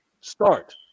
start